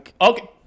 okay